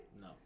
No